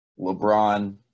LeBron